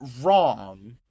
wrong